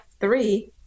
three